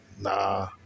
nah